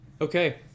Okay